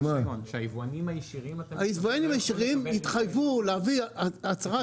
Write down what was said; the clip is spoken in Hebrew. היבואנים הישירים יתחייבו להביא הצהרה